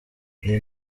iyo